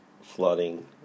flooding